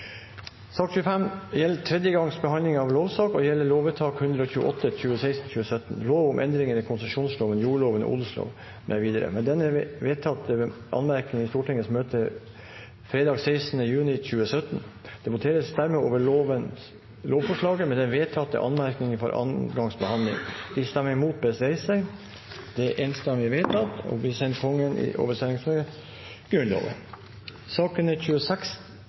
Sak nr. 25 gjelder tredje gangs behandling av lovsak og gjelder lovvedtak 128 for 2016–2017 – Lov om endringer i konsesjonsloven, jordloven og odelsloven mv. – med den vedtatte anmerkning i Stortingets møte fredag 16. juni 2017. Det voteres dermed over lovforslaget med den vedtatte anmerkning fra andre gangs behandling. Lovvedtaket blir å sende Kongen i overensstemmelse med Grunnloven. Når det gjelder sakene